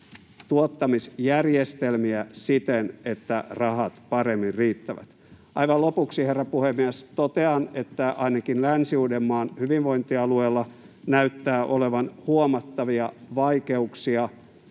tuottamisjärjestelmiä siten, että rahat paremmin riittävät. Aivan lopuksi, herra puhemies, totean, että ainakin Länsi-Uudenmaan hyvinvointialueella näyttää olevan huomattavia vaikeuksia